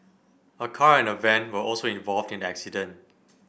a car and a van were also involved in the accident